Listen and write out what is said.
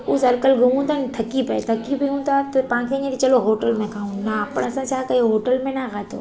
उहो सर्कल घुमूं था न थकी पिए थकी पियूं था त पाण खे हीअं की चलो होटल में खाऊं पर असां छा कयो होटल में न खाधो